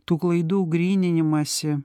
tų klaidų gryninimąsi